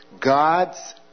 God's